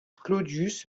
claudius